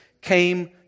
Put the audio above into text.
came